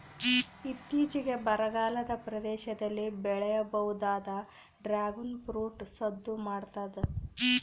ಇತ್ತೀಚಿಗೆ ಬರಗಾಲದ ಪ್ರದೇಶದಲ್ಲಿ ಬೆಳೆಯಬಹುದಾದ ಡ್ರಾಗುನ್ ಫ್ರೂಟ್ ಸದ್ದು ಮಾಡ್ತಾದ